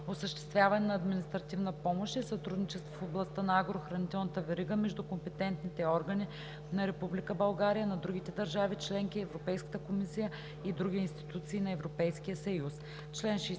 „Осъществяване на административна помощ и сътрудничество в областта на агрохранителната верига между компетентните органи на Република България, на другите държави членки, Европейската комисия и други институции на Европейския съюз“.